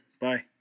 Bye